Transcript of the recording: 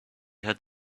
had